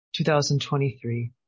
2023